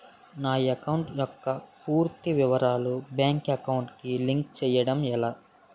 నా అకౌంట్ యెక్క పూర్తి వివరాలు బ్యాంక్ అకౌంట్ కి లింక్ చేయడం ఎలా?